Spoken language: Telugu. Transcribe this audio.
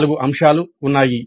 నాలుగు అంశాలు ఉన్నాయి